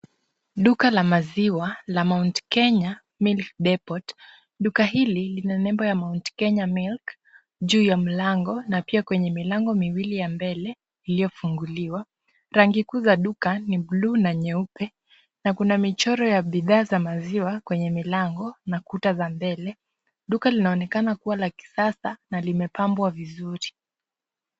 Duka la maziwa la Mount kenya milk depot, duka hili lina muundo wa Mount Kenya milk juu ya mlango na pia kwenye milango miwili ya mbele iliyofunguliwa, rangi kuu za duka ni bulu na nyeupe na kuna michoro ya bidhaa za maziwa kwenye milango na kuta za mbele, duka linaonekana la kisasa na limepangwa vizuri